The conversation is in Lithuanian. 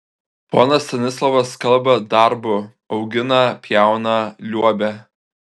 ponas stanislovas kalba darbu augina pjauna liuobia